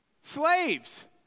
Slaves